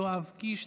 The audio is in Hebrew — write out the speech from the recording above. יואב קיש,